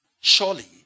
Surely